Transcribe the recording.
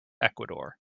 ecuador